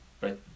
right